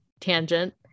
tangent